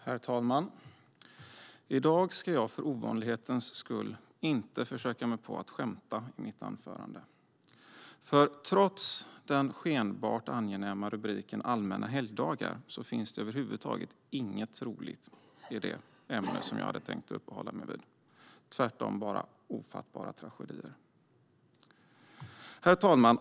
Herr ålderspresident! I dag ska jag för ovanlighetens skull inte försöka mig på att skämta i mitt anförande, för trots den skenbart angenäma rubriken Allmänna helgdagar finns det över huvud taget inget roligt i det ämne som jag har tänkt uppehålla mig vid, tvärtom bara ofattbara tragedier. Herr ålderspresident!